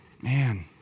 man